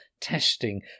testing